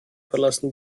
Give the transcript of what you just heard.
verlassen